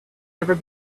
never